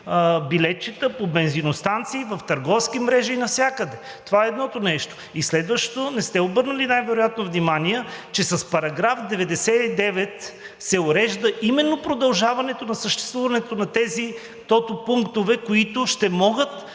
билетчета по бензиностанции, в търговски мрежи и навсякъде. Това е едното нещо. И следващото, не сте обърнали най-вероятно внимание, че с § 99 се урежда именно продължаването на съществуването на тези тотопунктове, които ще могат